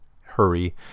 Hurry